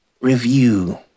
review